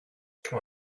come